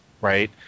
right